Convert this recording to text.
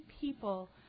people